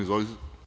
Izvolite.